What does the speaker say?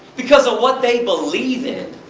because of what they believe in.